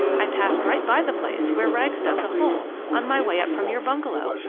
i passed right by the place where rags dug the hole, on my way up from your bungalow,